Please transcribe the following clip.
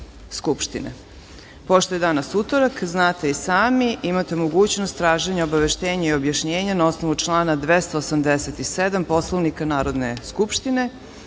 je danas utorak, znate i sami da imate mogućnost traženja obaveštenja i objašnjenja na osnovu člana 287. Poslovnika Narodne skupštine. Da